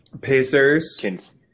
Pacers